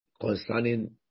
concerning